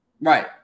Right